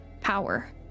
power